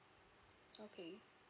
okay